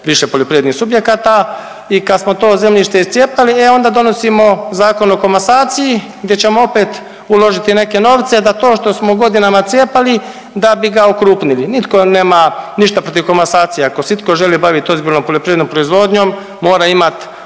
više poljoprivrednih subjekata i kad smo to zemljište iscijepali e onda donosimo Zakon o komasaciji gdje ćemo opet uložiti neke n novce da to što smo godinama cijepali da bi ga okrupnili. Nitko nema ništa protiv komasacija, ako se itko želi bavit ozbiljnom poljoprivrednom proizvodnjom mora imat